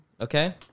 Okay